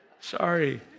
sorry